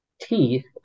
teeth